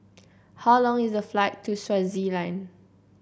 how long is the flight to Swaziland